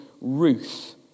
Ruth